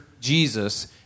Jesus